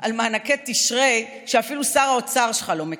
על מענקי תשרי, שאפילו שר האוצר שלך לא מכיר?